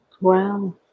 wow